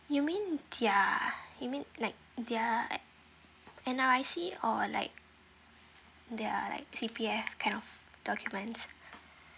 you mean their you mean like their N_R_I_C or like their like C_P_F kind of documents